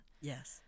Yes